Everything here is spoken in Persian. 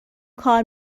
کار